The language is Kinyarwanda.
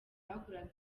bakoraga